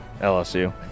LSU